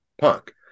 punk